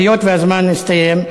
היות שהזמן הסתיים,